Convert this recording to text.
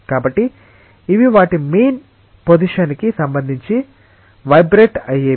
కాబట్టి ఇవి వాటి మీన్ పోసిషన్ కి సంబంధించి వైబ్రెట్ అయ్యేవి